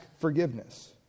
forgiveness